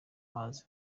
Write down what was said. mazi